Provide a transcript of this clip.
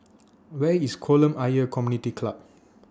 Where IS Kolam Ayer Community Club